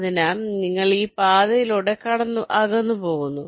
അതിനാൽ നിങ്ങൾ ഈ പാതയിലൂടെ അകന്നുപോകുന്നു